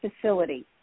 Facility